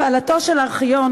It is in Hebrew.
הפעלתו של ארכיון,